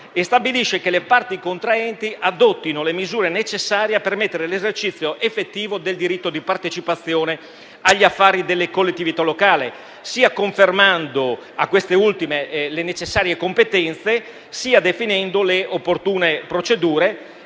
e stabilisce che le parti contraenti adottino le misure necessarie a permettere l'esercizio effettivo del diritto di partecipazione agli affari delle collettività locali, sia confermando a queste ultime le necessarie competenze, sia definendo le opportune procedure